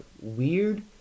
weird